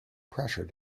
pressure